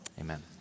Amen